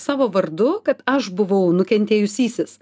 savo vardu kad aš buvau nukentėjusysis